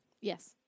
Yes